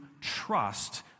trust